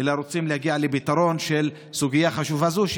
אלא רוצים להגיע לפתרון בסוגיה חשובה זו.